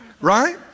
right